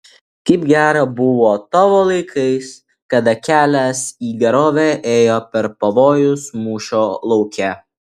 kaip gera buvo tavo laikais kada kelias į gerovę ėjo per pavojus mūšio lauke